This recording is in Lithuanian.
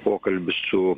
pokalbis su